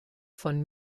von